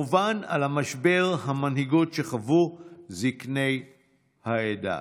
וכמובן על משבר המנהיגות שחוו זקני העדה.